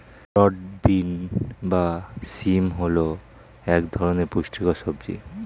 broad bean বা শিম হল এক ধরনের পুষ্টিকর সবজি